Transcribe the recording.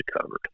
covered